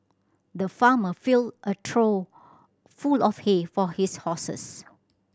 the farmer filled a trough full of hay for his horses